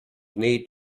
need